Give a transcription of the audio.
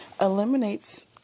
eliminates